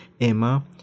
Emma